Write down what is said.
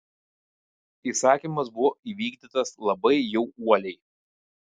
įsakymas buvo įvykdytas labai jau uoliai